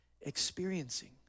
experiencing